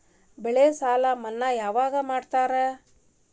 ಬೆಳೆ ಸಾಲ ಮನ್ನಾ ಯಾವಾಗ್ ಮಾಡ್ತಾರಾ?